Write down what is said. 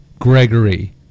Gregory